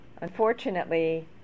unfortunately